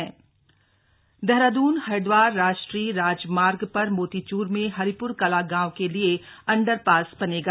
motichoor underpass Dehradun Haridwar राष्ट्रीय राजमार्ग पर मोतीचूर में हरिप्र कला गांव के लिए अंडरपास बनेगा